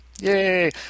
Yay